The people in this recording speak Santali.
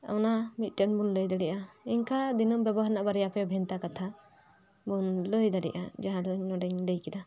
ᱚᱱᱟ ᱢᱤᱫᱴᱮᱱ ᱵᱚᱱ ᱞᱟᱹᱭ ᱫᱟᱲᱮᱭᱟᱜᱼᱟ ᱤᱱᱠᱟ ᱫᱤᱱᱚᱢ ᱵᱮᱵᱚᱦᱟᱨ ᱨᱮᱱᱟᱜ ᱵᱟᱨᱭᱟ ᱯᱮᱭᱟ ᱵᱷᱮᱱᱛᱟ ᱠᱟᱛᱷᱟ ᱵᱚᱱ ᱞᱟᱹᱭ ᱫᱟᱲᱮᱭᱟᱜᱼᱟ ᱡᱟᱦᱟᱸ ᱫᱚ ᱱᱚᱰᱮᱧ ᱞᱟᱹᱭ ᱠᱮᱫᱟ